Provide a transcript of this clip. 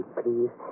please